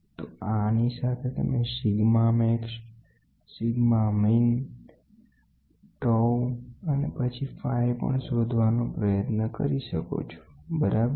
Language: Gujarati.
તો આની સાથે તમે અને પછી phi પણ શોધવાનો પ્રયત્ન કરી શકો છો બરાબર